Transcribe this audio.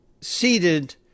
seated